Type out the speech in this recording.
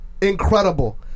incredible